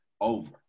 over